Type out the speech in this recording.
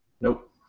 Nope